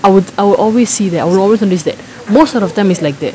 I would I would always see that I will always notice that most of the time it is like that